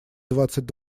двадцать